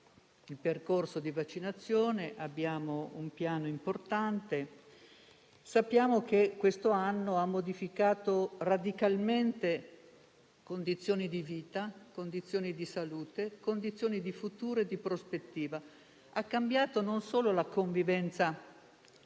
il percorso di vaccinazione e abbiamo un piano importante. Sappiamo che questo anno ha modificato radicalmente condizioni di vita, di salute, di futuro e di prospettiva. Ha cambiato non solo la convivenza